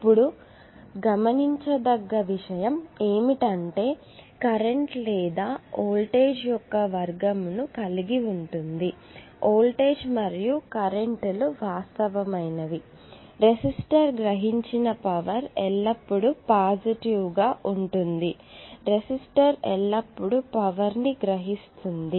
ఇప్పుడు గమనించదగ్గ విషయం ఏమిటంటే ఇది కరెంటు లేదా వోల్టేజ్ యొక్క వర్గం ను కలిగి ఉంటుంది వోల్టేజ్ మరియు కర్రెంట్ లు వాస్తవమైనవి రెసిస్టర్ గ్రహించిన పవర్ ఎల్లప్పుడూ పాజిటివ్ గా ఉంటుంది రెసిస్టర్ ఎల్లప్పుడూ పవర్ ని గ్రహిస్తుంది